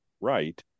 right